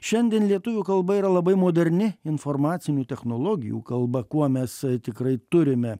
šiandien lietuvių kalba yra labai moderni informacinių technologijų kalba kuo mes tikrai turime